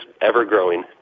ever-growing